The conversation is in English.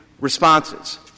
responses